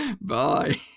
Bye